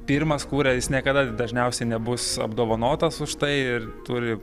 pirmas kuria jis niekada dažniausiai nebus apdovanotas už tai ir turi